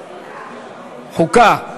2014,